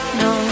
no